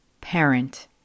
parent